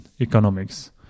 economics